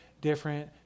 different